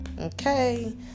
okay